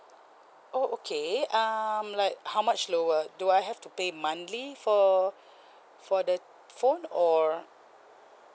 oh okay um like how much lower do I have to pay monthly for for the phone or